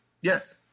yes